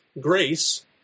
Grace